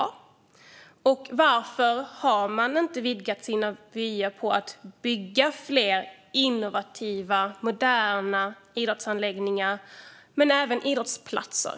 Och varför har man inte vidgat sina vyer när det gäller att bygga fler innovativa, moderna idrottsanläggningar och idrottsplatser?